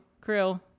crew